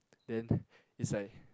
then it's like